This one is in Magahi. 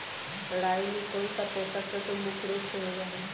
राई में कौन सा पौषक तत्व मुख्य रुप से होबा हई?